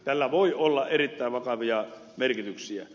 tällä voi olla erittäin vakavia merkityksiä